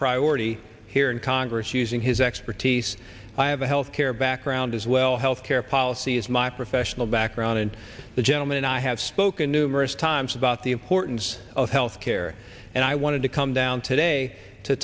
priority here in congress using his expertise i have a health care background as well health care policy is my professional background and the gentleman i have spoken numerous times about the importance of health care and i wanted to come down today to